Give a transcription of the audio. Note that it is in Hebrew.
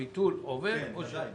ודאי.